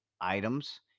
items